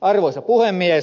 arvoisa puhemies